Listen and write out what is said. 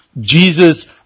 Jesus